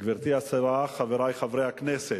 גברתי השרה, חברי חברי הכנסת,